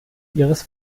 ihres